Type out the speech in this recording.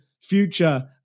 future